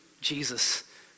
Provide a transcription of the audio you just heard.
Jesus